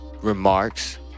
remarks